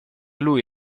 lui